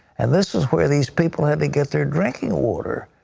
and this is where these people how to get their drinking water.